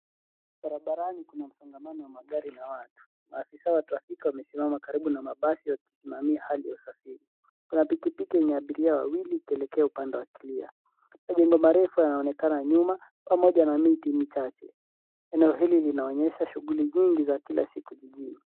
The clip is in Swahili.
Barabarani kuna msongamano wa magari na watu. Maafisa wa trafiki wamesimama karibu na mabasi wakisimamia hali ya usafiri. Kuna pikipiki yenye abiria wawili, ikielekea upande wa kulia. Majengo marefu yanaonekana nyuma, pamoja na miti michache. Eneo hili linaonyesha shughuli nyingi za kila siku jijini.